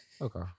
Okay